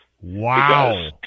Wow